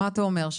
מה אתה אומר?